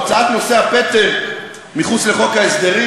הוצאת נושא הפטם מחוץ לחוק ההסדרים,